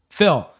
Phil